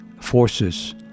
forces